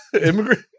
immigrant